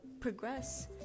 progress